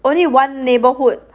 only one neighborhood